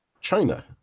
China